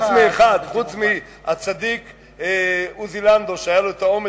חוץ מהצדיק עוזי לנדאו,